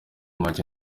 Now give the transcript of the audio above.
make